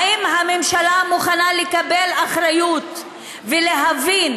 האם הממשלה מוכנה לקבל אחריות ולהבין